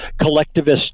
collectivist